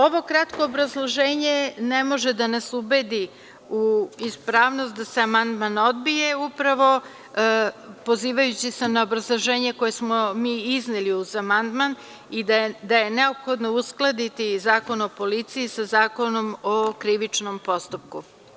Ovo kratko obrazloženje ne može da nas ubedi u ispravnost da se amandman odbije, upravo pozivajući se na obrazloženje koje smo mi izneli uz amandman, da je neophodno uskladiti Zakon o policiji sa Zakonom o krivičnom postupku.